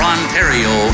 Ontario